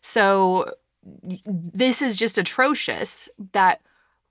so this is just atrocious that